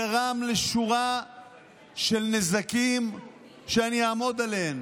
גרם לשורה של נזקים שאני אעמוד עליהם,